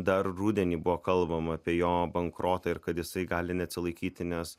dar rudenį buvo kalbama apie jo bankrotą ir kad jisai gali neatsilaikyti nes